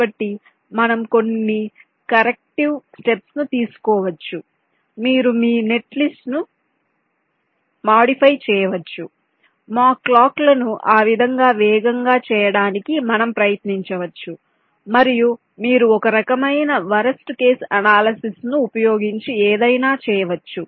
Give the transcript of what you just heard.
కాబట్టి మనము కొన్ని కరెక్టీవ్ స్టెప్స్ ను తీసుకోవచ్చు మీరు మీ నెట్లిస్ట్ ను మాడిఫై చేయవచ్చు మా క్లాక్ లను ఆ విధంగా వేగంగా చేయడానికి మనం ప్రయత్నించవచ్చు మరియు మీరు ఒకరకమైన వరస్ట్ కేసు అనాలిసిస్ ను ఉపయోగించి ఏదైనా చేయవచ్చు